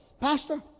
Pastor